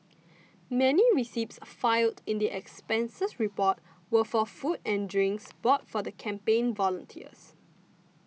many receipts filed in the expenses reports were for food and drinks bought for the campaign volunteers